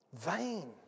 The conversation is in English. Vain